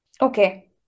Okay